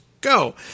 go